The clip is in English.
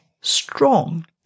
strong